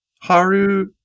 Haru